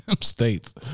states